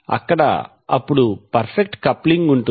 అక్కడ అప్పుడు perfect coupling ఉంటుంది